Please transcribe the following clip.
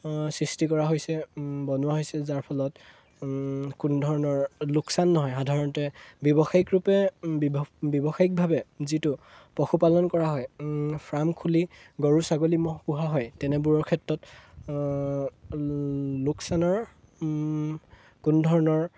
সৃষ্টি কৰা হৈছে বনোৱা হৈছে যাৰ ফলত কোনো ধৰণৰ লোকচান নহয় সাধাৰণতে ব্যৱসায়িক ৰূপে ব্যৱসায়িকভাৱে যিটো পশুপালন কৰা হয় ফাৰ্ম খুলি গৰু ছাগলী ম'হ পোহা হয় তেনেবোৰৰ ক্ষেত্ৰত লোকচানৰ কোনো ধৰণৰ